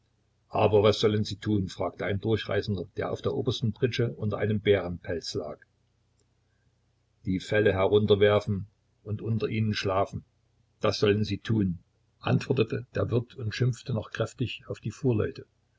aber was sollen sie tun fragte ein durchreisender der auf der obersten pritsche unter einem bärenpelz lag die felle herunterwerfen und unter ihnen schlafen das sollen sie tun antwortete der wirt schimpfte noch kräftig auf die fuhrleute